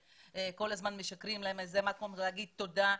שכל הזמין משקרים להם וזה המקום לומר להם תודה.